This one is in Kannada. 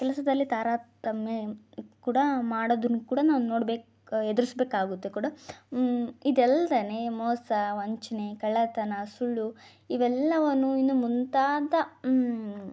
ಕೆಲಸದಲ್ಲಿ ತಾರತಮ್ಯ ಕೂಡ ಮಾಡೋದನ್ನು ಕೂಡ ನಾವು ನೋಡ್ಬೇಕು ಎದುರಿಸಬೇಕಾಗುತ್ತೆ ಕೂಡ ಇದಲ್ದೆ ಮೋಸ ವಂಚನೆ ಕಳ್ಳತನ ಸುಳ್ಳು ಇವೆಲ್ಲವನ್ನು ಇನ್ನೂ ಮುಂತಾದ